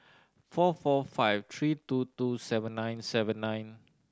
four four five three two two seven nine seven nine